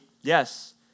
yes